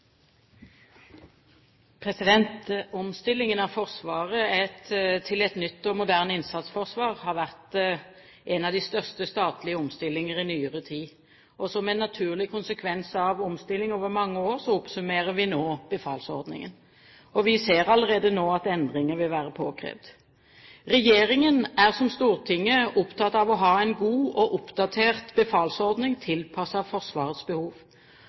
moderne innsatsforsvar har vært en av de største statlige omstillinger i nyere tid. Som en naturlig konsekvens av omstilling over mange år oppsummerer vi nå befalsordningen. Vi ser allerede nå at endringer vil være påkrevet. Regjeringen er, som Stortinget, opptatt av å ha en god og oppdatert befalsordning tilpasset Forsvarets behov.